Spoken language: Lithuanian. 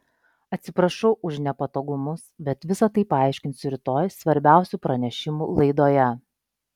atsiprašau už nepatogumus bet visa tai paaiškinsiu rytoj svarbiausių pranešimų laidoje